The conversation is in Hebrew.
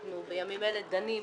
אנחנו בימים אלה דנים